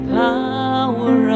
power